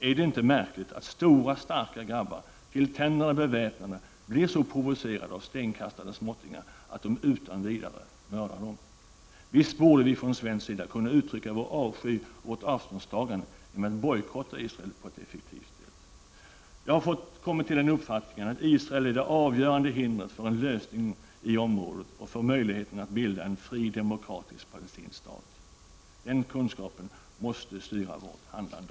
Är det inte märkligt att stora starka grabbar, till tänderna beväpnade, blir så provocerade av stenkastande småttingar att de utan vidare mördar dem? Visst borde vi från svensk sida kunna uttrycka vår avsky och vårt avståndstagande genom att bojkotta Israel på ett effektivt sätt. Jag har kommit till den uppfattningen att Israel är det avgörande hindret för en lösning i området och möjligheten att bilda en fri demokratisk palestinsk stat. Den kunskapen måste styra vårt handlande.